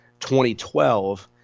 2012